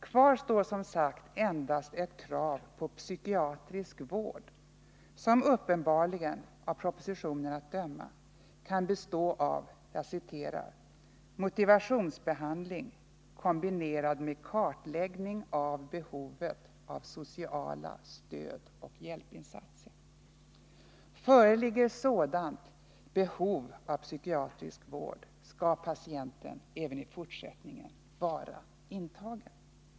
Kvar står, som sagt, endast ett krav på psykiatrisk vård som, av propositionen att döma, uppenbarligen kan bestå av ”motivationsbehandling kombinerad med kartläggning av behovet av sociala stödoch hjälpinsatser”. Föreligger sådant ”behov av psykiatrisk vård” skall patienten även i fortsättningen vara intagen.